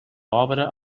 obra